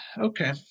okay